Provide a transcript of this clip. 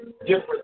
different